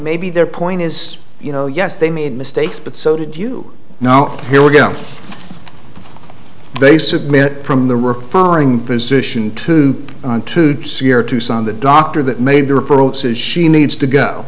maybe their point is you know yes they made mistakes but so did you know here we go they submit from the referring physician to on to severe tucson the doctor that made their approach says she needs to go